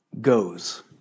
goes